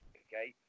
okay